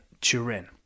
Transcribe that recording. Turin